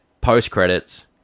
post-credits